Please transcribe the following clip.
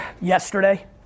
Yesterday